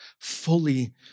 fully